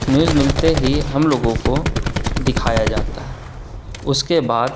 news ملتے ہی ہم لوگوں کو دکھایا جاتا ہے اس کے بعد